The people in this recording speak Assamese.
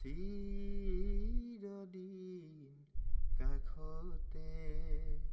চিৰদিন কাষতে